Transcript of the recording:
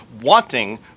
wanting